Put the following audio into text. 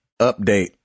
update